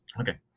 Okay